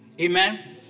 Amen